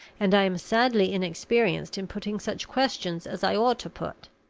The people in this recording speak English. and i am sadly inexperienced in putting such questions as i ought to put